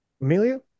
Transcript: Amelia